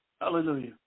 Hallelujah